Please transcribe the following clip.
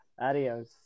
Adios